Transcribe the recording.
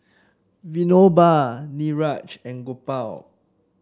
Vinoba Niraj and Gopal